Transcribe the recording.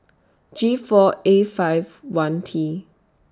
G four A five one T